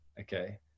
Okay